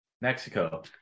Mexico